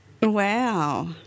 Wow